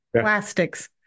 plastics